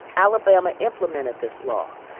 alabama implemented this law.